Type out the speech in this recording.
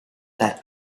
that